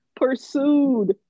pursued